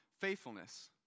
faithfulness